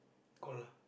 call ah